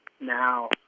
now